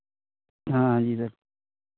हाँ जी सर